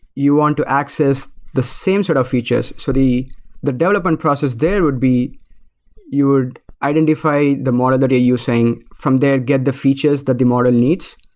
you want to access the same sort of features. so the development but but process there would be you would identify the model that you're using. from there, get the features that the model needs.